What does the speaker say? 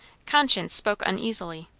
conscience spoke uneasily.